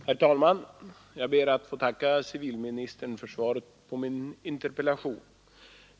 Herr talman! Jag ber att få tacka civilministern för svaret på min interpellation.